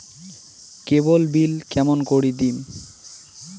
কেবল bill কেমন করি দিম?